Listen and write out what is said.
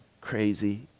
crazy